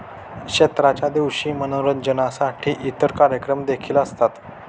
क्षेत्राच्या दिवशी मनोरंजनासाठी इतर कार्यक्रम देखील असतात